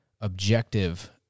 objective